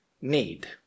need